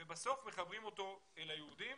ובסוף מחברים אותו אל היהודים